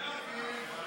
(הוראות מיוחדות